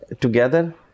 together